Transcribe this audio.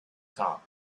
top